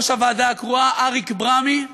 ראש הוועדה הקרואה אריק ברמי,